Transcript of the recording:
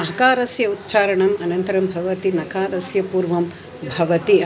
हकारस्य उच्चारणम् अनन्तरं भवति नकारस्य पूर्वं भवति